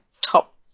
top